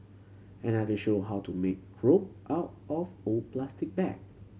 another showed how to make rope out of old plastic bag